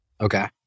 Okay